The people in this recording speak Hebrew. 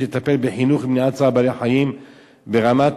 לטפל בחינוך למניעת צער בעלי-חיים ברמת